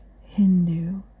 Hindu